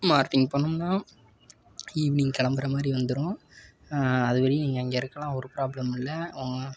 morning போனோம்னா evening கிளம்புற மாதிரி வந்துடும் அதுவரையும் நீங்கள் அங்கே இருக்கலாம் ஒரு ப்ராப்ளமும் இல்லை